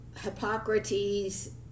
Hippocrates